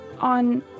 on